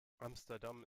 amsterdam